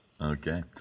Okay